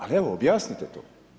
Ali evo objasnite to.